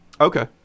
Okay